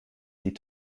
sie